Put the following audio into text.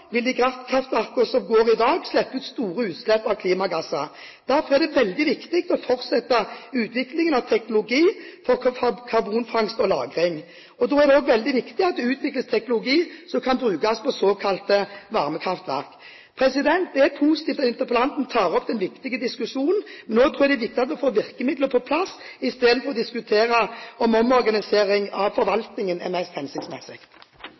vil de kraftverkene som går i dag, slippe ut store utslipp av klimagasser. Derfor er det veldig viktig å fortsette utviklingen av teknologi for karbonfangst og -lagring. Det er også veldig viktig at det utvikles teknologi som kan brukes på såkalte varmekraftverk. Det er positivt at interpellanten tar opp en viktig diskusjon. Nå tror jeg det er viktig at vi får virkemidler på plass, i stedet for å diskutere om omorganisering av forvaltningen er mest hensiktsmessig.